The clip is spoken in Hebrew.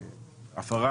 יש כאן הפרה